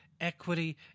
equity